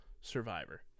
survivor